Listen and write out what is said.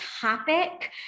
topic